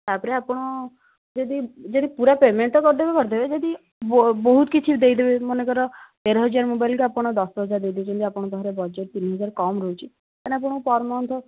ତା'ପରେ ଆପଣ ଯଦି ଯଦି ପୁରା ପେମେଣ୍ଟ୍ ତ କରିଦେବେ କରିଦେବେ ଯଦି ବହୁତକିଛି ଦେଇଦେବେ ମନେକର ତେରହଜାର ମୋବାଇଲ୍ କି ଦଶହଜାର ଦେଇଦେଉଛନ୍ତି ଆପଣଙ୍କ ପାଖରେ ବଜେଟ୍ ତିନିହଜାର କମ୍ ରହୁଛି ତାହାଲେ ଆପଣଙ୍କୁ ପର୍ ମନ୍ଥ